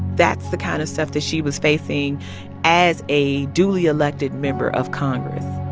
that's the kind of stuff that she was facing as a duly elected member of congress